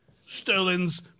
Sterling's